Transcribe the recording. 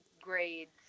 grades